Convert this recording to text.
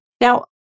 Now